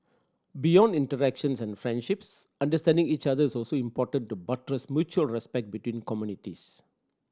beyond interactions and friendships understanding each other is also important to buttress mutual respect between communities